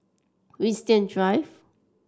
Winstedt Drive